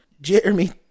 Jeremy –